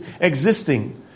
existing